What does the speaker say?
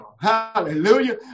Hallelujah